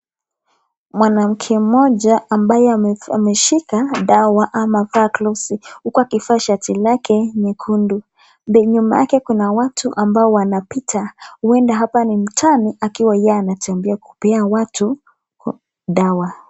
Mwanamke moja ambaye ameshika dawa amevaa glovu huku akivaa shati lake nyekundu. Nyuma yake kuna watu ambao wanapita, huenda hapa ni mtaani akiwa yeye anatembea kupea watu dawa.